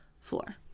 floor